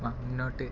വാ മുന്നോട്ട്